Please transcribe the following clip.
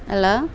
hello